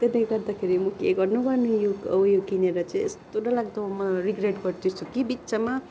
त्यतिले गर्दाखेरि म के गर्नु गर्नु यो उयो किनेर चाहिँ यस्तो डरलाग्दो रिग्रेट गर्दैछु कि बित्थामा